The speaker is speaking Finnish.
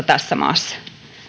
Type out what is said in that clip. tässä maassa